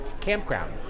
campground